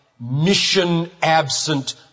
mission-absent